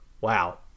wow